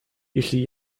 jeśli